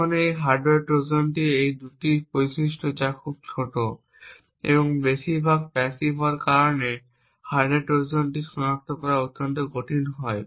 এখন একটি হার্ডওয়্যার ট্রোজানের এই দুটি বৈশিষ্ট্য যা খুব ছোট এবং বেশিরভাগ প্যাসিভ হওয়ার কারণে হার্ডওয়্যার ট্রোজান সনাক্ত করা অত্যন্ত কঠিন হয়